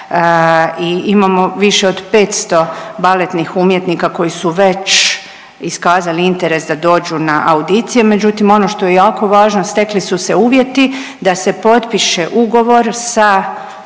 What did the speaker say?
i imamo više od 500 baletnih umjetnika koji su već iskazali interes da dođu na audicije, međutim ono što je jako važno stekli su se uvjeti da se potpiše ugovor sa školom,